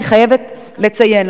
אני חייבת לציין,